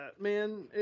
man